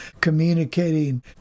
communicating